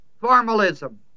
formalism